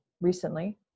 recently